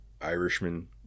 irishman